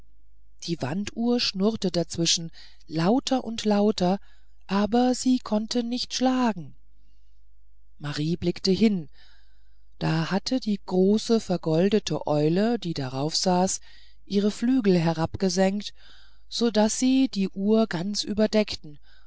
die wanduhr schnurrte dazwischen lauter und lauter aber sie konnte nicht schlagen marie blickte hin da hatte die große vergoldete eule die darauf saß ihre flügel herabgesenkt so daß sie die ganze uhr überdeckten